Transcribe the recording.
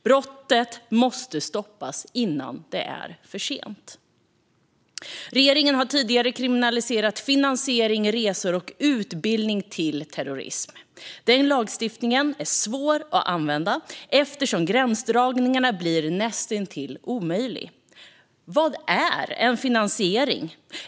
Brottet måste stoppas innan det är för sent. Regeringen har tidigare kriminaliserat finansiering, resor och utbildning till terrorism. Den lagstiftningen är svår att använda, eftersom gränsdragningen blir näst intill omöjlig. Vad är en finansiering?